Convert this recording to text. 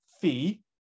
fee